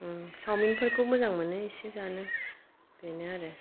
सावमिन फोरखौ मोजां मोनो इसे जानो बेनो आरो